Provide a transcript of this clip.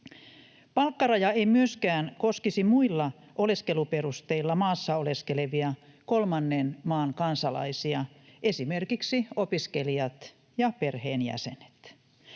Palkkaraja ei myöskään koskisi muilla oleskeluperusteilla maassa oleskelevia kolmannen maan kansalaisia, esimerkiksi opiskelijoita ja perheenjäseniä.